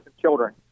children